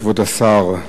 כבוד השר,